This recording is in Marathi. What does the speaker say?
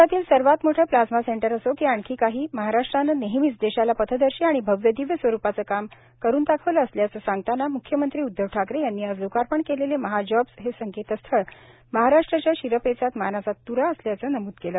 देशातील सर्वात मोठे प्लाझ्मा सेंटर असो की आणखी काही महाराष्ट्रानं नेहमीच देशाला पथदर्शी आणि भव्यदिव्य स्वरूपाचे काम करून दाखवले असल्याचे सांगतांना म्ख्यमंत्री उद्धव ठाकरे यांनी आज लोकार्पण केलेले महाजॉब्स हे संकेतस्थळ महाराष्ट्राच्या शिरपेचात मानाचा तूरा असल्याचे नमूद केले